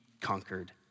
conquered